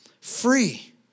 free